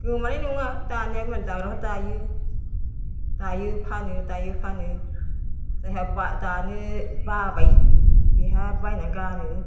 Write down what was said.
गोमानाय नङा दानिया मालाय दाग्राफ्रा दायो दायो फानो दायो फानो जायहा दानो बाबाय बेहा बायनानै गानो